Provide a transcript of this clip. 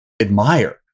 admire